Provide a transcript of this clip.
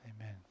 Amen